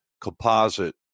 composite